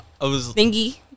thingy